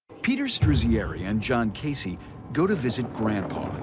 peter struzzieri and john casey go to visit grandpa,